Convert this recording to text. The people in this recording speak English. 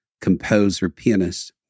composer-pianist